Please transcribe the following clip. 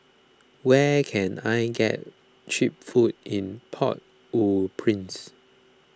where can I get Cheap Food in Port Au Prince